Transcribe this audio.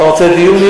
אתה רוצה דיון,